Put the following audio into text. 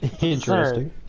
Interesting